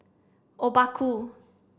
Obaku